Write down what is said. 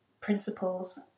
principles